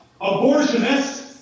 Abortionists